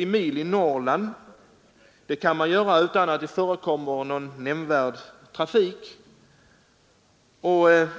I Norrland kan man åka 20—30 mil utan att det förekommer någon nämnvärd trafik. Vårt